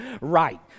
right